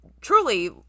truly